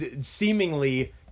seemingly